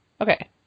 Okay